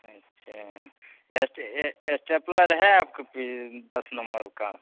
अच्छा यह यह एस्टे एस्टेप्लर है आपके पी दस नंबर का